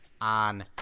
on